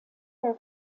her